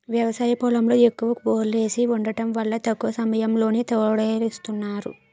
వ్యవసాయ పొలంలో ఎక్కువ బోర్లేసి వుండటం వల్ల తక్కువ సమయంలోనే తోడేస్తున్నారు